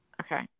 Okay